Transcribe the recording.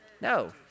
No